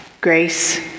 Grace